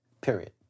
period